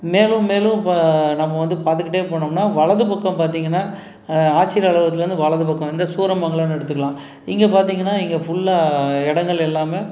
மேலும் மேலும் பா நம்ம வந்து பார்த்துக்கிட்டே போனோம்னா வலது பக்கம் பார்த்தீங்கன்னா ஆட்சியர் அலுவகத்திலேருந்து வலது பக்கம் இந்த சூரமங்களோம்ன்னு எடுத்துக்கலாம் இங்கே பார்த்தீங்கன்னா இங்கே ஃபுல்லாக இடங்கள் எல்லாமே